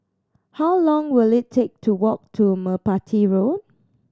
how long will it take to walk to Merpati Road